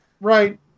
right